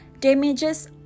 Damages